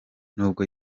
nubwo